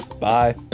Bye